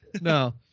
No